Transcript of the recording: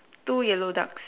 two yellow ducks